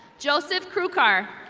joseph cruecar.